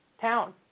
town